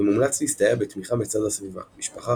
ומומלץ להסתייע בתמיכה מצד הסביבה – משפחה,